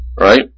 right